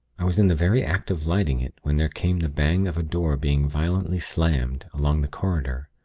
i was in the very act of lighting it when there came the bang of a door being violently slammed, along the corridor.